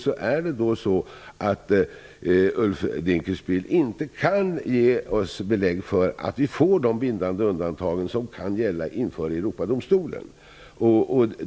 På den punkten kan Ulf Dinkelspiel inte ge oss belägg för att vi får de bindande undantag som kan gälla inför Europadomstolen.